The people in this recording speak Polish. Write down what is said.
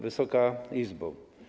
Wysoka Izbo!